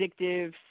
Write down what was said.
addictive